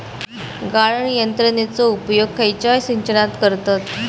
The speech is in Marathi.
गाळण यंत्रनेचो उपयोग खयच्या सिंचनात करतत?